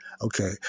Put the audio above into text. Okay